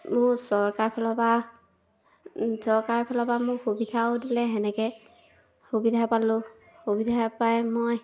মোৰ চৰকাৰৰ ফালৰ পৰা চৰকাৰৰ ফালৰ পৰা মোক সুবিধাও দিলে সেনেকৈ সুবিধা পালোঁ সুবিধা পাই মই